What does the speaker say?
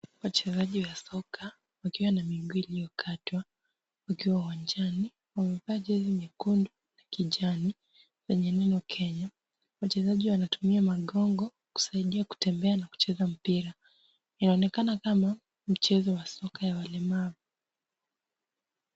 Wachezji wa soka wakiwa na miguu iliyokatwa wakiwa uwanjani. Wamevaa jezi nyekundu na kijani yenye neno Kenya. Wachezaji wanatumia magongo kusaidia kutembea na kucheza mpira. Inaonekana kama ni mchezo wa soka ya walemavu.